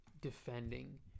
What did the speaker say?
defending